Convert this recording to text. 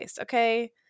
Okay